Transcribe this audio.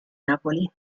napoli